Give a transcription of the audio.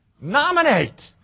nominate